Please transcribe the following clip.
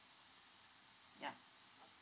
ya